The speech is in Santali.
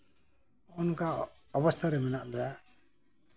ᱚᱱᱠᱟ ᱚᱵᱚᱥᱛᱷᱟ ᱨᱮ ᱢᱮᱱᱟᱜ ᱞᱮᱭᱟ